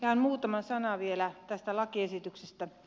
ihan muutama sana vielä tästä lakiesityksestä